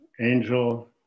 Angel